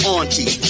Auntie